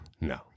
No